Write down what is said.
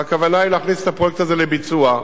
והכוונה היא להכניס את הפרויקט הזה לביצוע.